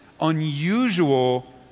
unusual